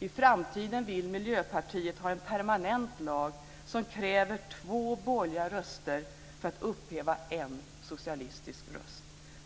I framtiden vill Miljöpartiet ha en permanent lag som kräver två borgerliga röster för att upphäva en socialistisk röst.